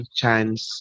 chance